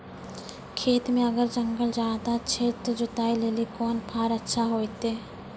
खेत मे अगर जंगल ज्यादा छै ते जुताई लेली कोंन फार अच्छा होइतै?